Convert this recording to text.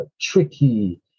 tricky